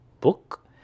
book